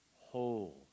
whole